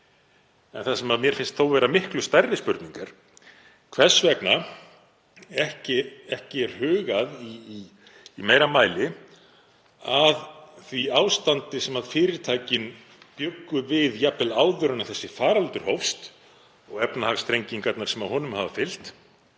Það sem mér finnst þó vera miklu stærri spurningar er hvers vegna ekki er hugað í meira mæli að því ástandi sem fyrirtækin bjuggu jafnvel við áður en þessi faraldur hófst og efnahagsþrengingarnar sem honum hafa fylgt.